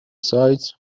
sites